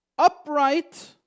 upright